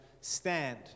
stand